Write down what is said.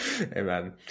amen